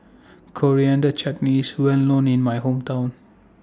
Coriander Chutney IS Well known in My Hometown